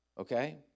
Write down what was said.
Okay